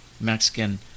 Mexican